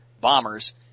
bombers